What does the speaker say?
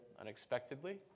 unexpectedly